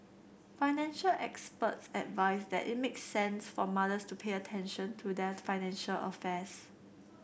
financial experts advise that it makes sense for mothers to pay attention to their financial affairs